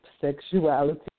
sexuality